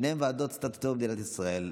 שתיהן ועדות סטטוטוריות במדינת ישראל,